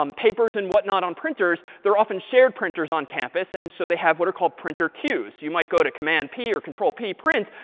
papers and whatnot on printers, they're often shared printers on campus. and so they have what are called printer queues. you might go to command-p or control-p print,